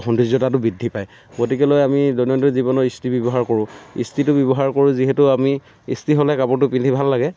সৌন্দৰ্যতাটো বৃদ্ধি পায় গতিকে লৈ আমি দৈনন্দিন জীৱনত ইস্ত্ৰি ব্যৱহাৰ কৰোঁ ইস্ত্ৰিটো ব্যৱহাৰ কৰোঁ যিহেতু আমি ইস্ত্ৰি হ'লে কাপোৰটো পিন্ধি ভাল লাগে